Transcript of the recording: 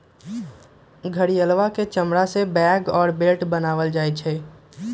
घड़ियलवा के चमड़ा से बैग और बेल्ट बनावल जाहई